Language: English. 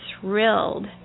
thrilled